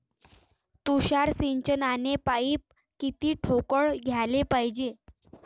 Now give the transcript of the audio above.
तुषार सिंचनाचे पाइप किती ठोकळ घ्याले पायजे?